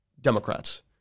Democrats